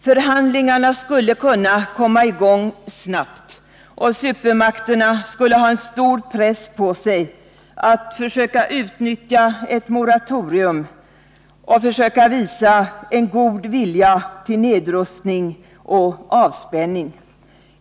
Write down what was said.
Förhandlingarna skulle kunna komma i gång snabbt, och supermakterna skulle ha stor press på sig att försöka utnyttja ett moratorium och försöka visa god vilja till nedrustning och avspänning.